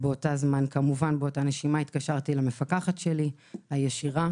באותו זמן התקשרתי למפקחת הישירה